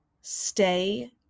stay